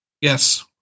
Yes